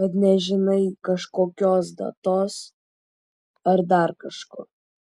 kad nežinai kažkokios datos ar dar kažko